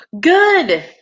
Good